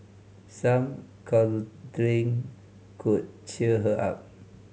some cuddling could cheer her up